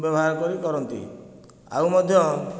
ବ୍ୟବହାର କରି କରନ୍ତି ଆଉ ମଧ୍ୟ